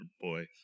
Boy